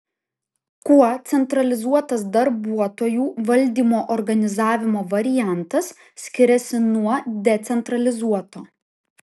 kuo centralizuotas darbuotojų valdymo organizavimo variantas skiriasi nuo decentralizuoto